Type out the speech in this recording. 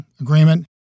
agreement